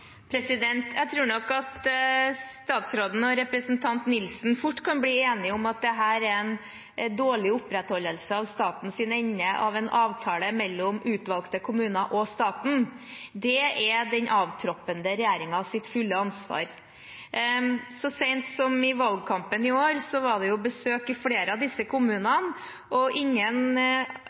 Jeg tror nok at statsråden og representanten Nilsen fort kan bli enige om at dette er en dårlig opprettholdelse av statens ende av en avtale mellom utvalgte kommuner og staten. Det er den avtroppende regjeringens fulle ansvar. Så sent som i valgkampen i år var det besøk i flere av disse kommunene, og ingen